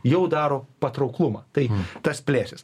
jau daro patrauklumą tai tas plėsis